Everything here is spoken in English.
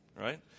Right